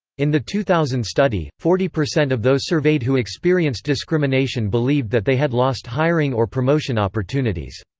in the two thousand study, forty percent of those surveyed who experienced discrimination believed that they had lost hiring or promotion opportunities.